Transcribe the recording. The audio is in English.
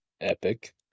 epic